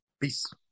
Peace